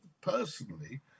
personally